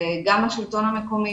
גם השלטון המקומי,